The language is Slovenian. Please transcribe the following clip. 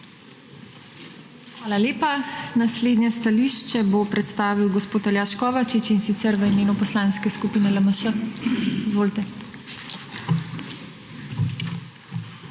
Hvala lepa. Naslednje stališče bo predstavil gospod Aljaž Kovačič, in sicer v imenu Poslanske skupine LMŠ. Izvolite.